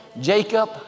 Jacob